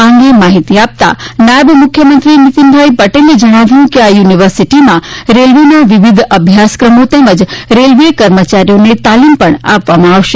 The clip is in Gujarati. આ અંગે માહિતી આપતા નાયબ મુખ્યમંત્રી નીતિન પટેલે જણાવ્યું હતું કે આ યૂનિવર્સિટીમાં રેલ્વેના વિવિધ અભ્યાસક્રમો તેમજ રેલ્વે કર્મચારીઓને તાલિમ પણ આપવામાં આવશે